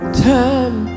time